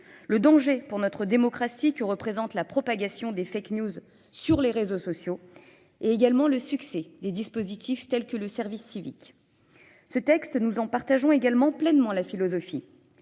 le danger pour notre démocratie que représente la propagation des fake news sur les réseaux sociaux, et également le succès des dispositifs tels que le service civique. Ce texte, nous en partageons également pleinement la philosophie.